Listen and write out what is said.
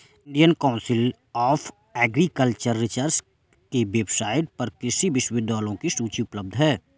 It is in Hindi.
Indian council of agricultural research के वेबसाइट पर कृषि विश्वविद्यालयों की सूची उपलब्ध है